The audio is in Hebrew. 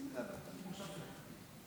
אדוני היושב-ראש,